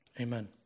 Amen